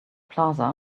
plaza